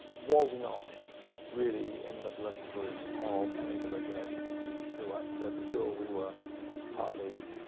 was not really in the bloodstream of any of the regulations we drew up. so for sure we were partly